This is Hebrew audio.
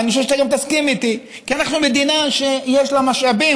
ואני חושב שאתה גם תסכים איתי: כי אנחנו מדינה שיש לה משאבים,